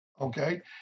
okay